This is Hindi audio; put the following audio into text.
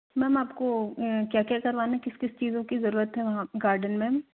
मेम आपको क्या क्या करवाना है किस किस चीज़ों की ज़रूरत है वहाँ गार्डन में